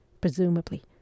presumably